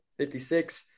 56